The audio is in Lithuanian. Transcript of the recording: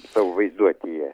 savo vaizduotėje